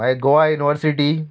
मागीर गोवा युनिवर्सिटी